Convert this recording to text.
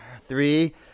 three